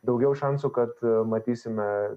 daugiau šansų kad matysime